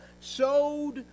showed